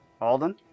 Alden